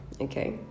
okay